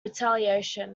retaliation